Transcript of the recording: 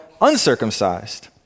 uncircumcised